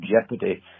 jeopardy